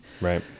Right